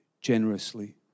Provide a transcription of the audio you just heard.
generously